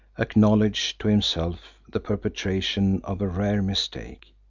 acknowledged to himself the perpetration of a rare mistake.